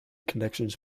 connections